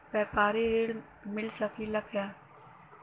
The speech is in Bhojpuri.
व्यापारी ऋण मिल जाई कि ना?